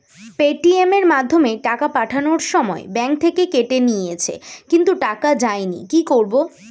Paytm এর মাধ্যমে টাকা পাঠানোর সময় ব্যাংক থেকে কেটে নিয়েছে কিন্তু টাকা যায়নি কি করব?